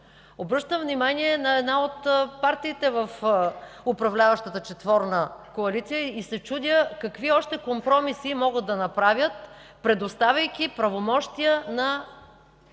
Обръщам внимание на една от партиите в управляващата четворна коалиция и се чудя какви още компромиси могат да направят, предоставяйки правомощия на